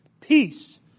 Peace